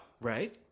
Right